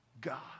God